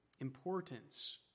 importance